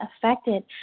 affected